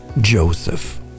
Joseph